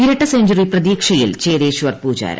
ഇരട്ട സെഞ്ചറി പ്രതീക്ഷയിൽ ചേതേശ്വർ പൂജാര